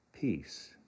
Peace